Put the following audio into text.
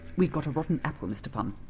we've got a rotten apple, mr funn.